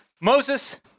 Moses